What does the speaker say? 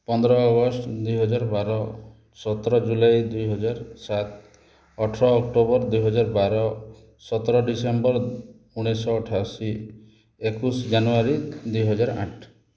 ପନ୍ଦର ଅଗଷ୍ଟ ଦୁଇହଜାର ବାର ଚଉଦ ଜୁଲାଇ ଦୁଇହଜାର ସାତ ଅଠର ଅକ୍ଟୋବର ଦୁଇହଜାର ବାର ସତର ଡ଼ିସେମ୍ବର ଉଣେଇଶ ଅଠାଅଶି ଏକୋଇଶ ଜାନୁୟାରୀ ଦୁଇହଜାର ଆଠ